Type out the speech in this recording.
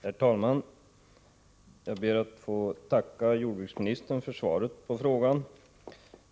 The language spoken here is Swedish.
Herr talman! Jag ber att få tacka jordbruksministern för svaret på frågan.